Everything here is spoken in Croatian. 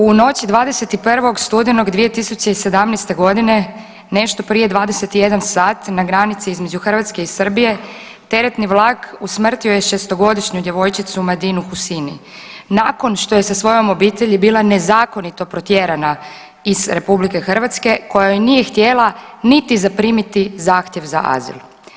U noći 21. studenog 2017. godine nešto prije 21 sat na granici između Hrvatske i Srbije teretni vlak usmrtio je šestogodišnju djevojčicu Medinu Hussiny nakon što je sa svojom obitelji bila nezakonito protjerana iz Republike Hrvatske koja joj nije htjela niti zaprimiti zahtjev za azil.